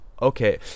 Okay